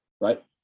right